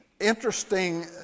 interesting